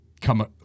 come